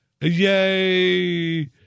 Yay